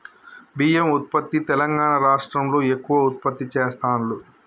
బియ్యం ఉత్పత్తి తెలంగాణా రాష్ట్రం లో ఎక్కువ ఉత్పత్తి చెస్తాండ్లు